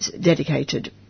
dedicated